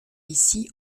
ici